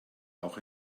auch